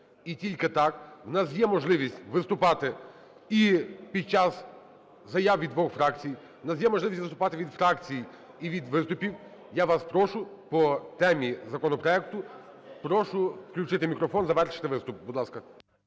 І тільки так. У нас є можливість виступати і під час заяв від двох фракцій, у нас є можливість виступати від фракцій і від виступів. Я вас прошу по темі законопроекту. Прошу включити мікрофон, завершити виступ. Будь ласка.